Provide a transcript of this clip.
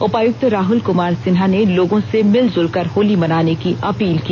उपायुक्त राहूल कुमार सिन्हा ने लोगों से मिलजुलकर होली मनाने की अपील की